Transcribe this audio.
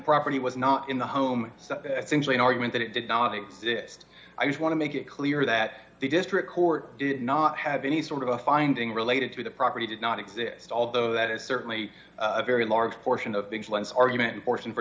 property was not in the home simply an argument that it did not exist i just want to make it clear that the district court did not have any sort of a finding related to the property did not exist although that is certainly a very large portion of the argument portion for